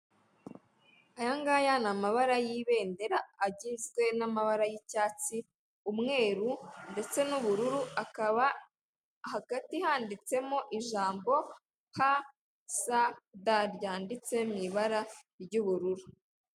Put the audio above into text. Aya ngaya n'amabara y'ibendera agizwe n'amabara y'icyatsi, umweru ndetse n'ubururu, akaba hagati handitsemo ijambo ha sa da ryanditse mu ibara ry'ubururu.